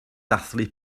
dathlu